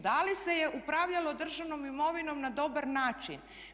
Da li se je upravljalo državnom imovinom na dobar način?